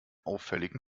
auffälligen